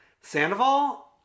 Sandoval